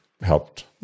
helped